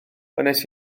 wnes